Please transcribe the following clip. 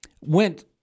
Went